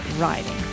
riding